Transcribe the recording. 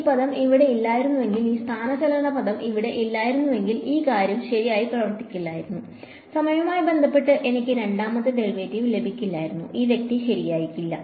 ഈ പദം ഇവിടെ ഇല്ലായിരുന്നുവെങ്കിൽ ഈ സ്ഥാനചലന പദം ഇവിടെ ഇല്ലായിരുന്നുവെങ്കിൽ ഈ കാര്യം ശരിയായി പ്രവർത്തിക്കില്ലായിരുന്നു സമയവുമായി ബന്ധപ്പെട്ട് എനിക്ക് രണ്ടാമത്തെ ഡെറിവേറ്റീവ് ലഭിക്കില്ലായിരുന്നു ഈ വ്യക്തി ശരിയായിരിക്കില്ല